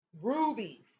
rubies